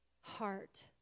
heart